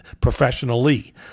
professionally